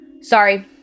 Sorry